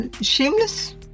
shameless